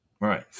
Right